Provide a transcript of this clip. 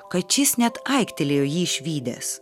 kad šis net aiktelėjo jį išvydęs